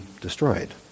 destroyed